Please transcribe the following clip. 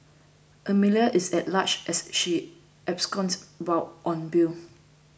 Amelia is at large as she absconded while on bail